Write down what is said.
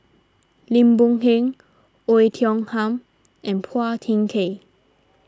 Lim Boon Heng Oei Tiong Ham and Phua Thin Kiay